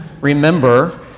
remember